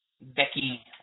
Becky